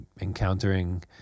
encountering